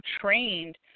Trained